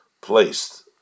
placed